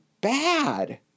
bad